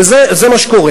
וזה מה שקורה.